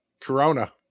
Corona